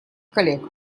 коллег